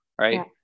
right